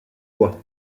bois